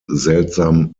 seltsam